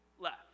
left